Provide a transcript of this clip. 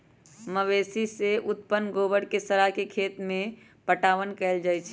मवेशी से उत्पन्न गोबर के सड़ा के खेत में पटाओन कएल जाइ छइ